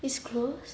it's closed